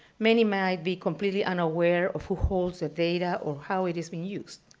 many might be completely unaware of who holds the data or how it is being used.